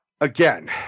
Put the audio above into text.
again